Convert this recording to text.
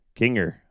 Kinger